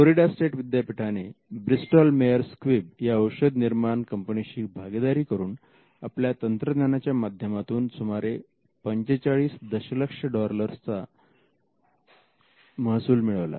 Florida state विद्यापीठाने Bristol Myers Squib या औषध निर्माण कंपनीशी भागीदारी करून आपल्या तंत्रज्ञानाच्या माध्यमातून सुमारे 45 दशलक्ष डॉलर्स चा महसूल मिळवला